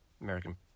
American